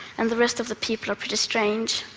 and the rest of the people pretty strange,